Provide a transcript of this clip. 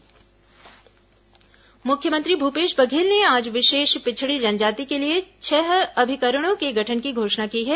मुख्यमंत्री घोषणाएं मुख्यमंत्री भूपेश बघेल ने आज विशेष पिछड़ी जनजाति के लिए छह अभिकरणों के गठन की घोषणा की है